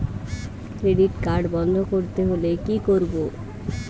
Credit card বন্ধ করতে হলে কি করব?